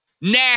nah